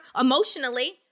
emotionally